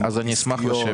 -- אשמח לשבת.